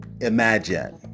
imagine